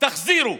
תחזירו.